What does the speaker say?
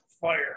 fire